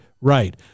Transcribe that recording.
right